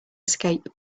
escape